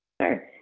Sure